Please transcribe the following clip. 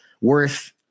worth